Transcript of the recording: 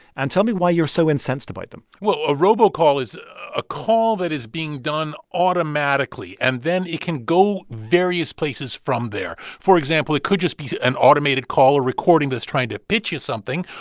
and tell me why you're so incensed about them well, a robocall is a call that is being done automatically, and then it can go various places from there. for example, it could just be an automated call or recording that's trying to pitch you something,